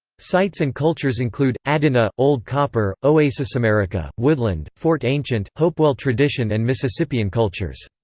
sites and cultures include adena, old copper, oasisamerica, woodland, fort ancient, hopewell tradition and mississippian cultures.